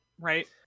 Right